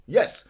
Yes